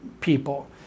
people